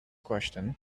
question